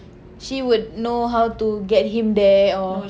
she would know how to get him there or